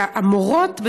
המורות,